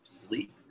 sleep